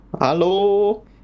Hello